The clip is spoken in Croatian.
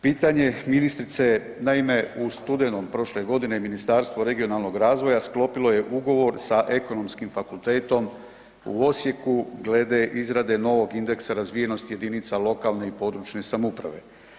Pitanje ministrice, naime, u studenom prošle godine Ministarstvo regionalnog razvoja sklopilo je ugovor sa Ekonomskim fakultetom u Osijeku glede izrade novog indeksa razvijenosti jedinica lokalne i područne samouprave.